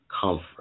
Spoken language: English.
comfort